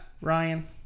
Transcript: Ryan